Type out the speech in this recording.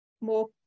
more